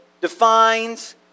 defines